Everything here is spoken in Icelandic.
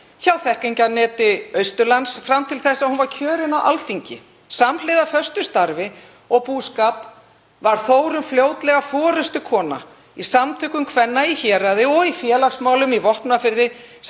hjá Þekkingarneti Austurlands fram til þess að hún var kjörin á Alþingi. Samhliða föstu starfi og búskap varð Þórunn fljótlega forystukona í samtökum kvenna í héraði og í félagsmálum í Vopnafirði, sat